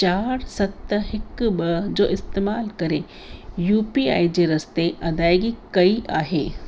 चार सत हिकु ॿ जो इस्तेमालु करे यू पी आई जे रस्ते अदाइगी कई आहे